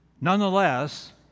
Nonetheless